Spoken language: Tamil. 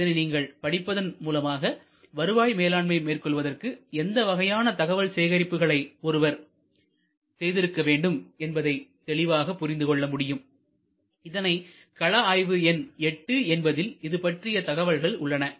இதனை நீங்கள் படிப்பதன் மூலமாக வருவாய் மேலாண்மை மேற்கொள்வதற்கு எந்த வகையான தகவல் சேகரிப்பு களை ஒருவர் செய்திருக்க வேண்டும் என்பதை தெளிவாக புரிந்துகொள்ள முடியும் இதனை கள ஆய்வு எண் 8 என்பதில் இதுபற்றிய தகவல்கள் உள்ளன